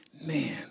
man